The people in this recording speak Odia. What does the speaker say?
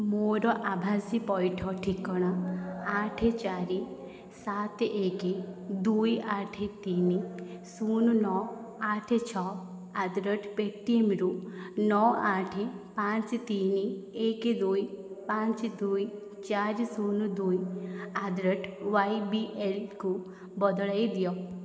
ମୋର ଆଭାସୀ ପୈଠ ଠିକଣା ଆଠ ଚାରି ସାତ ଏକ ଦୁଇ ଆଠ ତିନି ଶୂନ ନଅ ଆଠ ଛଅ ଆଟ୍ ଦ ରେଟ୍ ପେଟିମ୍ରୁ ନଅ ଆଠ ପାଞ୍ଚ ତିନି ଏକ ଦୁଇ ପାଞ୍ଚ ଦୁଇ ଚାରି ଶୂନ ଦୁଇ ଆଟ୍ ଦ ରେଟ୍ ୱାଇବିଏଲ୍କୁ ବଦଳାଇ ଦିଅ